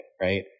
right